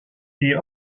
est